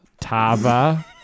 tava